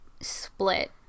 split